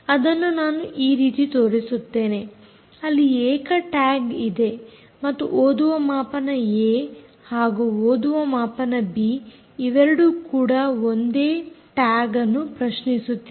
ಅದನ್ನು ನಾನು ಈ ರೀತಿ ತೋರಿಸುತ್ತೇನೆ ಅಲ್ಲಿ ಏಕ ಟ್ಯಾಗ್ ಇದೆ ಮತ್ತು ಓದುವ ಮಾಪನ ಏ ಹಾಗೂ ಓದುವ ಮಾಪನ ಬಿ ಇವೆರಡೂ ಕೂಡ ಅದೇ ಒಂದೇ ಟ್ಯಾಗ್ ಅನ್ನು ಪ್ರಶ್ನಿಸುತ್ತಿದೆ